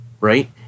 right